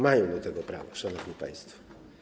Mają do tego prawo, szanowni państwo.